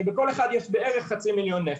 ובכל אחד יש בערך חצי מיליון נפש.